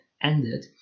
ended